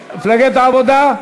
מפלגת העבודה,